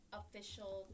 official